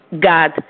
God